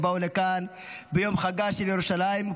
שבאו לכאן ביום חגה של ירושלים.